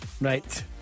Right